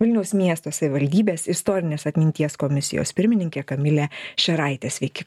vilniaus miesto savivaldybės istorinės atminties komisijos pirmininkė kamilė šeraitė sveiki